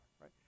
right